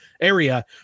area